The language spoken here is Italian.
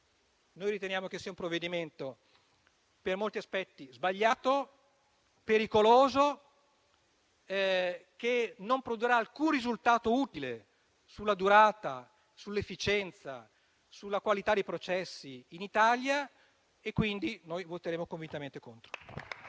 riteniamo che il provvedimento in discussione sia per molti aspetti sbagliato e pericoloso e non produrrà alcun risultato utile sulla durata, sull'efficienza, sulla qualità dei processi in Italia. Quindi, noi voteremo convintamente contro